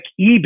eBay